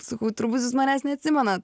sakau turbūt jūs manęs neatsimenat